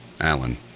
Alan